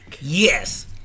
Yes